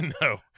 No